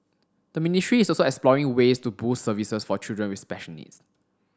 the ministry is also exploring ways to boost services for children with special needs